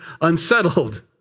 unsettled